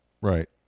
Right